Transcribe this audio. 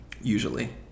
usually